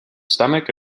stomach